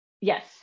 Yes